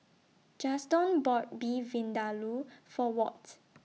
Juston bought Beef Vindaloo For Walt